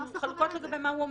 אנחנו חלוקות לגבי מה הוא אומר.